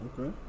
Okay